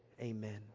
Amen